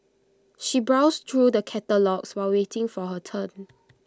she browsed through the catalogues while waiting for her turn